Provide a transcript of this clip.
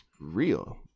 real